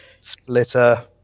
Splitter